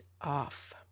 off